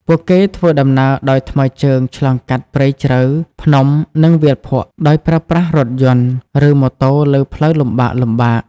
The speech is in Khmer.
ពួកគេធ្វើដំណើរដោយថ្មើរជើងឆ្លងកាត់ព្រៃជ្រៅ ភ្នំ និងវាលភក់ ដោយប្រើប្រាស់រថយន្ត ឬម៉ូតូលើផ្លូវលំបាកៗ។